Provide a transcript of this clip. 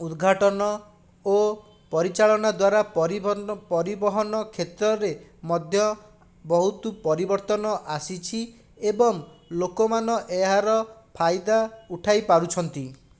ଉଦ୍ଘାଟନ ଓ ପରିଚାଳନା ଦ୍ଵାରା ପରିବହନ ପରିବହନ କ୍ଷେତ୍ରରେ ମଧ୍ୟ ବହୁତ ପରିବର୍ତ୍ତନ ଆସିଛି ଏବଂ ଲୋକମାନ ଏହାର ଫାଇଦା ଉଠାଇ ପାରୁଛନ୍ତି